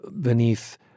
beneath